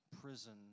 prison